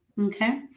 okay